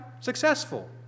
Successful